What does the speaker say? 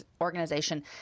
organization